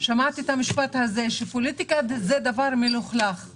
שמעתי את המשפט הזה: "פוליטיקה זה דבר מלוכלך".